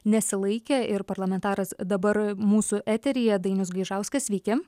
nesilaikė ir parlamentaras dabar mūsų eteryje dainius gaižauskas sveiki